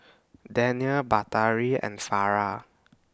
Danial Batari and Farah